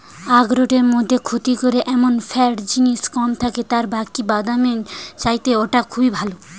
আখরোটের মধ্যে ক্ষতি করে এমন ফ্যাট জিনিস কম থাকে আর বাকি বাদামের চাইতে ওটা খুব ভালো